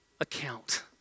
account